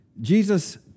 Jesus